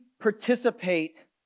participate